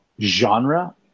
genre